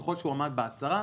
ככל שהוא עמד בהצהרה,